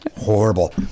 horrible